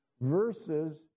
verses